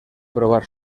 probar